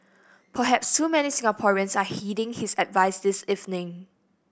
perhaps too many Singaporeans are heeding his advice this evening